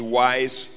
wise